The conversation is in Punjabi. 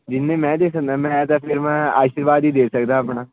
ਜਿੰਨੇ ਮੈਂ ਦੇ ਸਕਦਾ ਮੈਂ ਤਾਂ ਫਿਰ ਮੈਂ ਆਸ਼ੀਰਵਾਦ ਹੀ ਦੇ ਸਕਦਾ ਆਪਣਾ